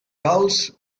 gals